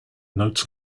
notes